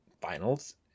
Finals